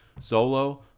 Solo